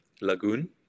Lagoon